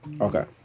okay